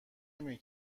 نمی